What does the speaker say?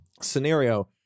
scenario